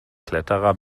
kletterer